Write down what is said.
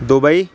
Dubai